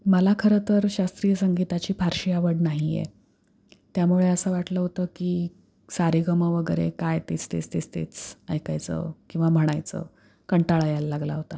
मला खरं तर शास्त्रीय संगीताची फारशी आवड नाही आहे त्यामुळे असं वाटलं होतं की सारेगम वगैरे काय तेच तेच तेच ऐकायचं किंवा म्हणायचं कंटाळा यायला लागला होता